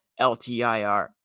LTIR